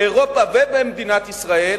באירופה ובמדינת ישראל